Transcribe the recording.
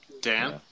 Dan